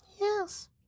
Yes